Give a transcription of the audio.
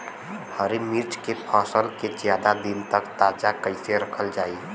हरि मिर्च के फसल के ज्यादा दिन तक ताजा कइसे रखल जाई?